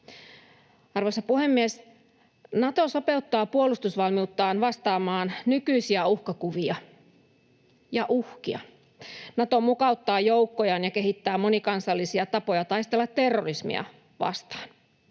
Arvoisa puhemies! Nato sopeuttaa puolustusvalmiuttaan vastaamaan nykyisiä uhkakuvia — ja uhkia. Nato mukauttaa joukkojaan ja kehittää monikansallisia tapoja taistella terrorismia vastaan.